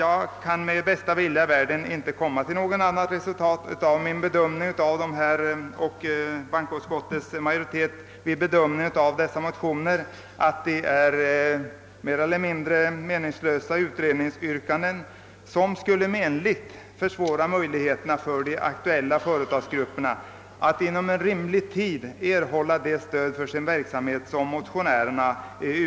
Jag kan med bästa vilja i världen inte komma till något annat resultat av min bedömning av dessa motioner — och detsamma gäller bankoutskottets majoritet — än att det är fråga om mer eller mindre meningslösa utredningsyrkanden som skulle menligt försvåra möjligheterna för de aktuella företagsformerna att inom en rimlig tid erhålla det stöd som motionärerna eftersträvar.